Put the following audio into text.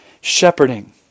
shepherding